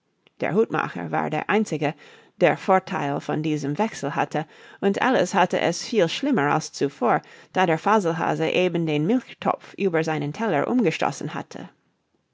der hutmacher war der einzige der vortheil von diesem wechsel hatte und alice hatte es viel schlimmer als zuvor da der faselhase eben den milchtopf über seinen teller umgestoßen hatte